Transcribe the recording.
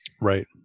right